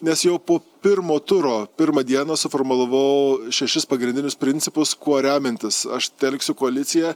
nes jau po pirmo turo pirmą dieną suformulavau šešis pagrindinius principus kuo remiantis aš telksiu koaliciją